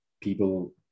people